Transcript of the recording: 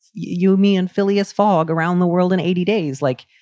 yumi and phileas fogg around the world in eighty days like.